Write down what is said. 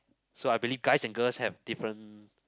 so I believe guys and girls have different